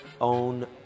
own